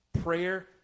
Prayer